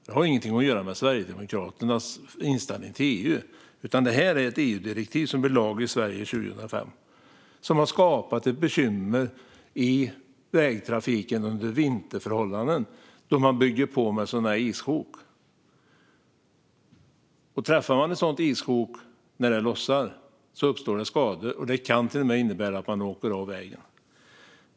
Det har ingenting med Sverigedemokraternas inställning till EU att göra. Det var ett EU-direktiv som blev till lag i Sverige 2005 och som har skapat ett bekymmer i vägtrafiken vid vinterförhållanden då issjok byggs på. Träffar man ett sådant issjok som lossnat uppstår skador. Det kan till och med innebära att man åker av vägen.